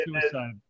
suicide